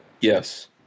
Yes